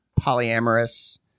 polyamorous